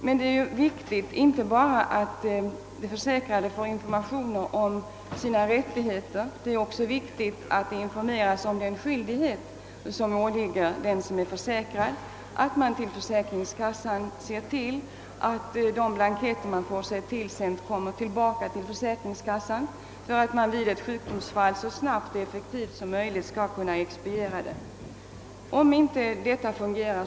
Det är därvid viktigt inte bara att de försäkrade får information om sina rättigheter, utan också att de informeras om de skyldigheter som åligger den som är försäkrad. Försäkringskassan bör vid ett sjukdomsfall så snabbt och effektivt som möjligt kunna expediera sjukhjälpsersättningen och annat.